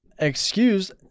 Excuse